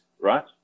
right